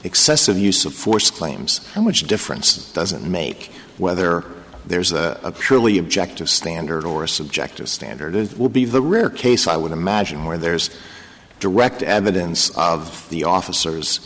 excessive use of force claims how much difference does it make whether there's a purely objective standard or a subjective standard it would be the rare case i would imagine or there's direct evidence of the officers